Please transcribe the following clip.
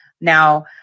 Now